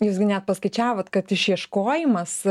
jus gi net paskaičiavot kad išieškojimas